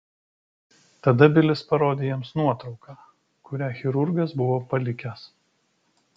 tada bilis parodė jiems nuotrauką kurią chirurgas buvo palikęs